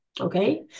Okay